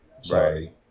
sorry